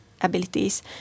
abilities